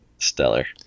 stellar